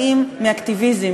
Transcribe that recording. באים מאקטיביזם,